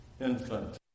infant